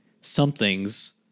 somethings